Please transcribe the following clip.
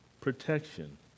protection